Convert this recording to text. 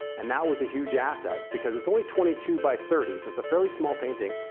and that was a huge asset because it's only twenty two by thirty. so it's a fairly small painting.